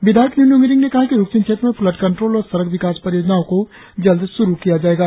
विधायक निनोंग इरिंग ने कहा कि रुक्सिन क्षेत्र में फ्लड कंट्रोल और सड़क विकास परियोजनाओं को जल्द शुरु किया जाएगा